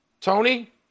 Tony